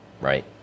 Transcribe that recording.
right